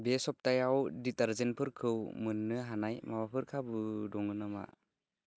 बे सप्तायाव दिटारजेन्टफोरखौ मोन्नो हानाय माबाफोर खाबु दङ नामा